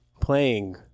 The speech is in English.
playing